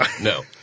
No